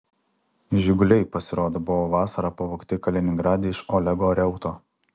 žiguliai pasirodo buvo vasarą pavogti kaliningrade iš olego reuto